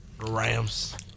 Rams